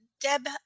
Deb